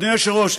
אדוני היושב-ראש,